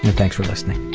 and thanks for listening